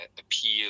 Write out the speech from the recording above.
appeal